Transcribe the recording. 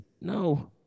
no